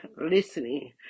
listening